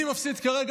מי מפסיד כרגע?